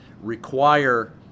require